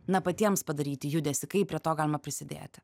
na patiems padaryti judesį kaip prie to galima prisidėti